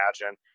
imagine